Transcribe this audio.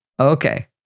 Okay